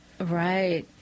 right